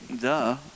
duh